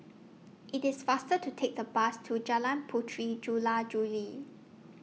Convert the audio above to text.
IT IS faster to Take The Bus to Jalan Puteri Jula Juli